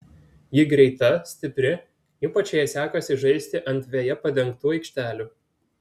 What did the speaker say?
ji greita stipri ypač jai sekasi žaisti ant veja padengtų aikštelių